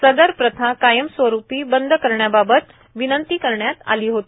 सदर प्रथा कायमस्वरुपी बंद करण्याबाबत विनंती करण्यात आली होती